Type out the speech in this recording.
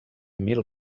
mil